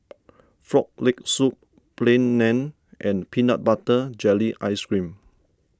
Frog Leg Soup Plain Naan and Peanut Butter Jelly Ice Cream